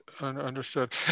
understood